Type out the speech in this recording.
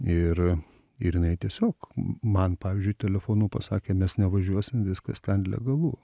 ir ir jinai tiesiog man pavyzdžiui telefonu pasakė mes nevažiuosim viskas ten legalu